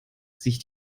sich